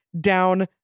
down